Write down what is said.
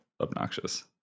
obnoxious